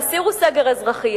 אז הסירו סגר אזרחי,